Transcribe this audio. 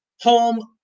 home